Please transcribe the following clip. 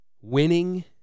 winning